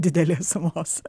didelės sumos